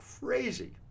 crazy